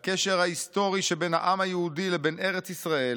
לקשר ההיסטורי שבין העם היהודי לבין ארץ ישראל